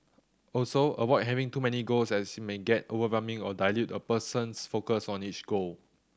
also avoid having too many goals as it may get overwhelming or dilute a person's focus on each goal